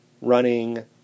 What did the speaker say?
running